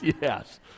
yes